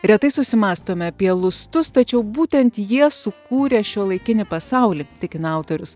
retai susimąstome apie lustus tačiau būtent jie sukūrė šiuolaikinį pasaulį tikina autorius